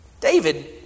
David